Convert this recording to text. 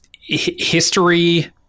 history